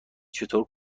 چطور